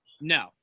No